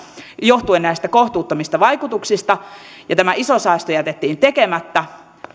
johtuen näistä kohtuuttomista vaikutuksista ja tämä iso säästö jätettiin tekemättä